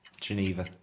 Geneva